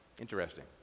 Interesting